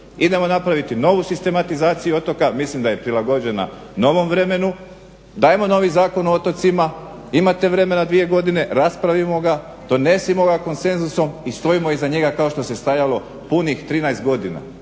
Idemo napraviti n ovu sistematizaciju otoka, mislim da je prilagođena novom vremenu. Dajmo novi Zakon o otocima, imate vremena dvije godine, raspravimo ga, donesimo ga konsenzusom i stojimo iza njega kao što se stajalo punih 13 godina.